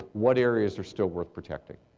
what areas are still wroth protection.